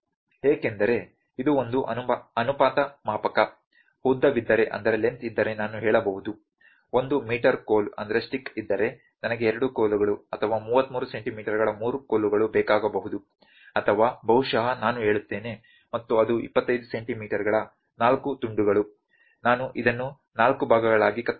ಏಕೆಂದರೆ ಇದು ಒಂದು ಅನುಪಾತ ಮಾಪಕ ಉದ್ದವಿದ್ದರೆ ನಾನು ಹೇಳಬಹುದು 1 ಮೀಟರ್ನ ಕೋಲು ಇದ್ದರೆ ನನಗೆ ಎರಡು ಕೋಲುಗಳು ಅಥವಾ 33 ಸೆಂಟಿಮೀಟರ್ಗಳ ಮೂರು ಕೋಲುಗಳು ಬೇಕಾಗಬಹುದು ಅಥವಾ ಬಹುಶಃ ನಾನು ಹೇಳುತ್ತೇನೆ ಮತ್ತು ಅದು 25 ಸೆಂಟಿಮೀಟರ್ಗಳ ನಾಲ್ಕು ತುಂಡುಗಳು ನಾನು ಇದನ್ನು ನಾಲ್ಕು ಭಾಗಗಳಾಗಿ ಕತ್ತರಿಸಬಹುದು